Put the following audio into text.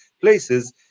places